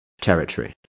territory